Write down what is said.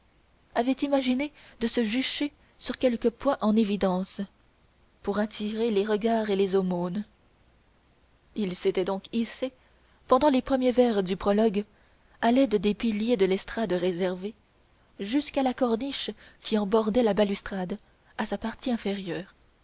avait imaginé de se jucher sur quelque point en évidence pour attirer les regards et les aumônes il s'était donc hissé pendant les premiers vers du prologue à l'aide des piliers de l'estrade réservée jusqu'à la corniche qui en bordait la balustrade à sa partie inférieure